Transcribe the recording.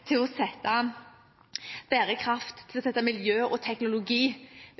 til å sette bærekraft, miljø og teknologi